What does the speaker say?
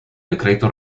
decreto